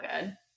good